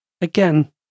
Again